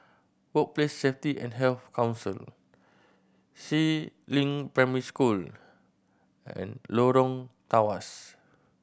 Workplace Safety and Health Council Si Ling Primary School and Lorong Tawas